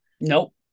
Nope